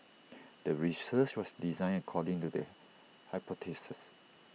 the research was designed according to the hypothesis